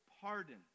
pardon